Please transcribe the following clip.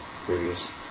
previous